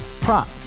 prop